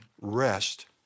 rest